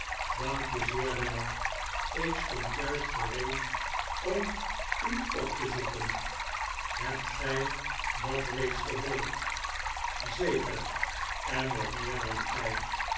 dankje zeer wel ik stond juist gereed om u op te zoeken hebt gij dat reeds gehoord zeker en nog meer dan gij